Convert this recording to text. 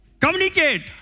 communicate